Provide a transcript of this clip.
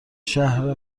شهر